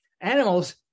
Animals